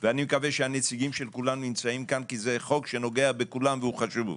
אני מקווה שנציגי כולם נמצאים פה כי זה חוק שנוגע בכולם והוא חשוב.